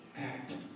act